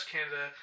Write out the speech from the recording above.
Canada